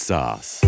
Sauce